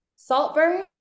Saltburn